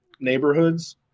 Neighborhoods